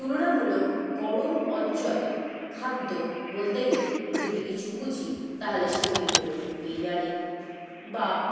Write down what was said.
তুলনামূলক গরম অঞ্চলের খাদ্য বলতে গেলে যদি কিছু বুঝি তাহলে সেগুলি হল বিরিয়ানি বা